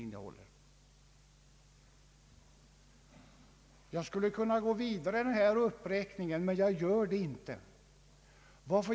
Jag skulle kunna fortsätta denna uppräkning men gör det inte.